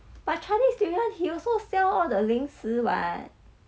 but chinese new year he also sell all the 零食 [what]